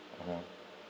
mmhmm